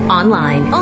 online